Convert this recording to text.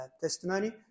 testimony